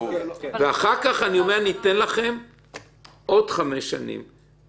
לימים המחוקק משנה, ועכשיו אסור לך לעשות את זה.